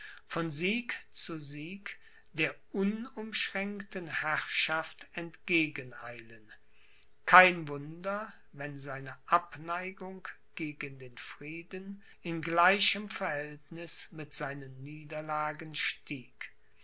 von sieg zu sieg der unumschränkten herrschaft entgegeneilen kein wunder wenn seine abneigung gegen den frieden in gleichem verhältniß mit seinen niederlagen stieg